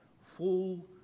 full